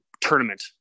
Tournament